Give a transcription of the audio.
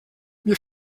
mir